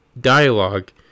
dialogue